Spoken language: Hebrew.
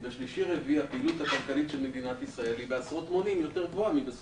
הבנו את הרעיון שאין נתונים ספציפיים,